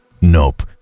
Nope